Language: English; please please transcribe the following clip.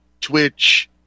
Twitch